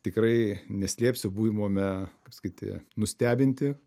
tikrai neslėpsiu buvome kaip sakyti nustebinti